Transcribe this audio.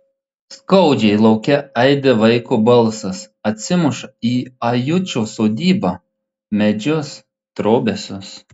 skaudžiai lauke aidi vaiko balsas atsimuša į ajučio sodybą medžius trobesius